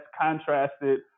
contrasted